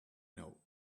know